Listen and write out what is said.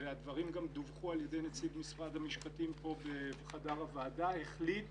והדברים גם דווחו על ידי נציג משרד המשפטים כאן בחדר הוועדה החליט